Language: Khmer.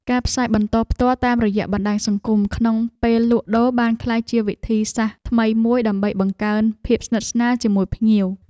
ការផ្សាយបន្តផ្ទាល់តាមរយៈបណ្ដាញសង្គមក្នុងពេលលក់ដូរបានក្លាយជាវិធីសាស្ត្រថ្មីមួយដើម្បីបង្កើនភាពស្និទ្ធស្នាលជាមួយភ្ញៀវ។